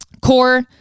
Core